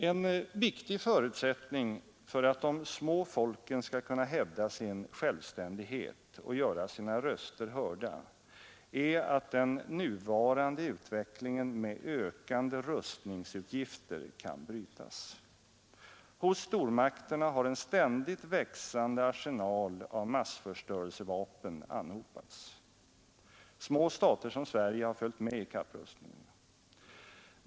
En viktig förutsättning för att de små folken skall kunna hävda sin självständighet och göra sina röster hörda är att den nuvarande utvecklingen med ökande rustningsutgifter kan brytas. Hos stormakterna har en ständigt växande arsenal av massförstörelsevapen anhopats. Små stater som Sverige har följt med i kapprustningen.